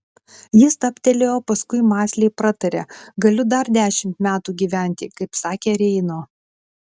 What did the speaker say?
ji stabtelėjo paskui mąsliai pratarė galiu dar dešimt metų gyventi kaip sakė reino